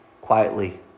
quietly